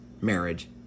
marriage